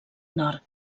nord